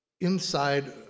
inside